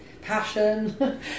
passion